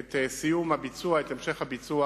את סיום הביצוע, את המשך הביצוע